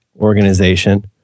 organization